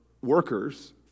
workers